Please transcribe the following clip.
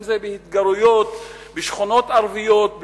אם בהתגרויות בשכונות ערביות,